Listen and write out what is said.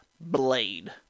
Blade